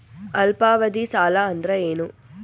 ಅಲ್ಪಾವಧಿ ಸಾಲ ಅಂದ್ರ ಏನು?